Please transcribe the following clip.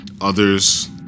Others